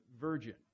virgin